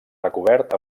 recobert